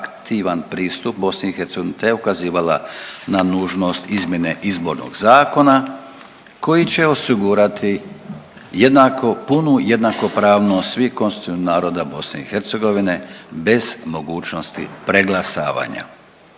aktivan pristup BiH te ukazivala na nužnost izmjene izbornog zakona koji će osigurati jednako punu jednakopravnosti svih konstitutivnih naroda BiH bez mogućnosti preglasavanja.